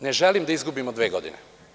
Ne želim da izgubimo dve godine.